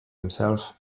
himself